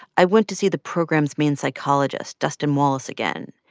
i went to see the program's main psychologist, dustin wallace, again.